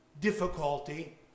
difficulty